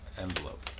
envelope